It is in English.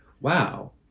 wow